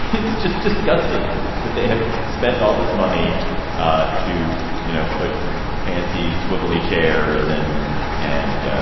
it's just disgusting that that have spent all this money ah to you know put fancy swivel chairs and and